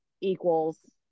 equals